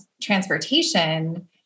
transportation